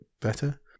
Better